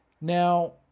Now